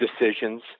decisions